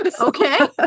okay